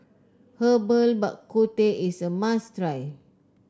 Herbal Bak Ku Teh is a must try